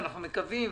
אנחנו מקווים,